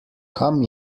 kam